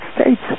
States